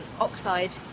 oxide